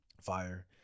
Fire